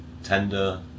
tender